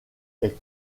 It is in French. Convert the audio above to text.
est